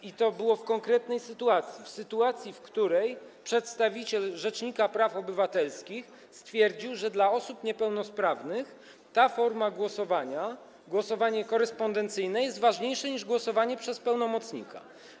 I to było w konkretnej sytuacji - w sytuacji, w której przedstawiciel rzecznika praw obywatelskich stwierdził, że dla osób niepełnosprawnych ta forma głosowania, głosowanie korespondencyjne, jest ważniejsza niż głosowanie przez pełnomocnika.